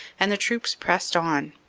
and the troops pressed on,